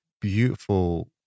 beautiful